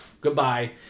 goodbye